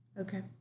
Okay